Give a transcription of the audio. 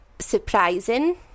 surprising